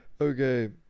Okay